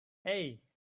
hey